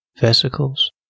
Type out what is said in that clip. vesicles